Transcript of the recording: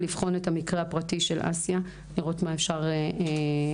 לבחון את המקרה הפרטי של אסיה ולראות מה אפשר לפתור.